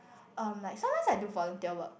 um like sometimes have to volunteer work